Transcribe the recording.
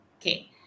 Okay